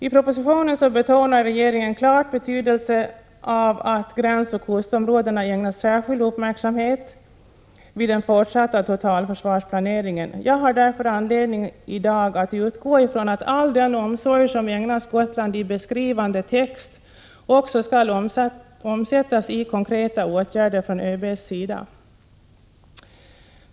I propositionen betonar regeringen klart betydelsen av att gränsoch kustområdena ägnas särskild uppmärksamhet vid den fortsatta totalförsvarsplaneringen. Jag har därför anledning i dag att utgå ifrån att all den omsorg som ägnas Gotland i beskrivande text också skall omsättas i konkreta åtgärder från ÖB:s sida.